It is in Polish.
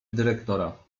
dyrektora